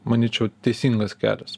manyčiau teisingas kelias